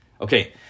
Okay